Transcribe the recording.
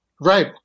Right